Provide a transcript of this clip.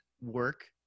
work